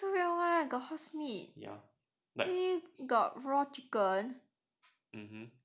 why japan so real [one] got horse meat got raw chicken